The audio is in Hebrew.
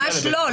ממש לא.